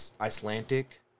Icelandic